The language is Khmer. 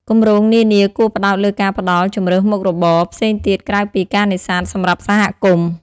គម្រោងនានាគួរផ្តោតលើការផ្តល់ ជម្រើសមុខរបរ ផ្សេងទៀតក្រៅពីការនេសាទសម្រាប់សហគមន៍។